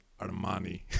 Armani